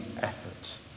effort